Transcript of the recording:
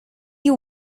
you